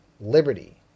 liberty